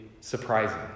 surprising